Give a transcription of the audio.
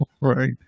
Right